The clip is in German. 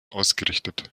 ausgerichtet